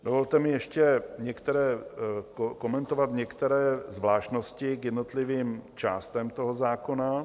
Dovolte mi ještě komentovat některé zvláštnosti k jednotlivým částem toho zákona.